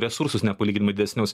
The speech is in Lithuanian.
resursus nepalyginamai didesnius